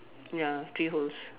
ya three holes